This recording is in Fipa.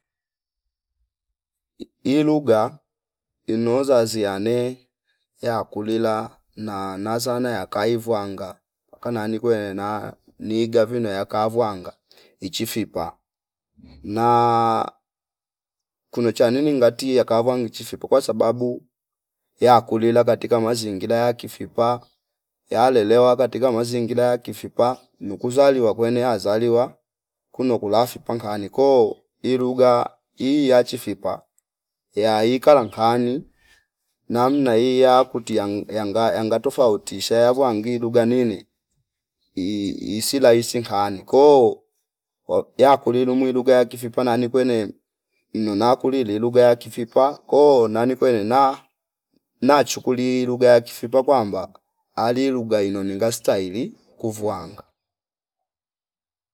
Ilugha inozazi yane yakulila na- nazane aka ivwanga mpaka nani kwena nigavino yaka vwanga ichi fipa na kuno chanini ngati yaka vwang ichi fipa kwasababu yakulila katika mazingira ya kifipa yalelewa katika mazingira ya kifipa nuku zaliwa kwene azaliwa kuno kula fipa ngane ko ilugha hii ya chifipa yai kala nkani namna iyakutia yang- yanga- yanga tofutisha yavwangi lugha nini ii- isilaisi nkhane ko yakulilu mwilu lugha ya kifipa nani kwene mnono na kulili lugha ya kifipa ko nani kwenena nachukuli lugha ya kifipa kwamba ali lugha ino ninga stahili kuvwanga